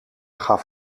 gaf